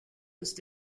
ist